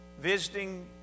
Visiting